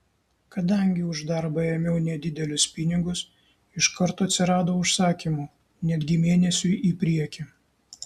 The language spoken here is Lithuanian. kadangi už darbą ėmiau nedidelius pinigus iš karto atsirado užsakymų netgi mėnesiui į priekį